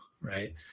right